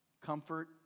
comfort